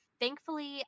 Thankfully